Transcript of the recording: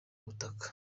butaka